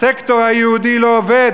הסקטור היהודי לא עובד,